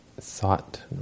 thought